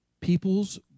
peoples